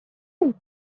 мен